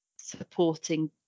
supporting